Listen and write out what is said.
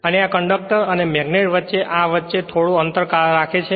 અને આ કંડક્ટર અને મેગ્નેટ વચ્ચે આ વચ્ચે થોડો અંતર રાખે છે